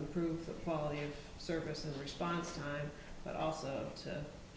improve the quality of services response time but also